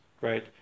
right